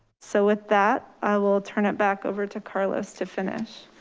so with that, i will turn it back over to carlos to finish.